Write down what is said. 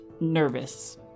nervous